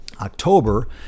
October